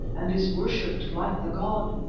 and is worshipped like the god.